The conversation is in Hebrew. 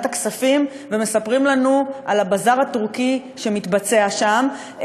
הכספים ומספרים לנו על הבזאר הטורקי שמתבצע שם,